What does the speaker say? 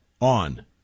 on